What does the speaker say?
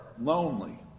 lonely